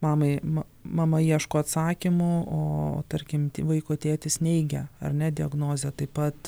mamai mama ieško atsakymų o tarkim t vaiko tėtis neigia ar ne diagnozę taip pat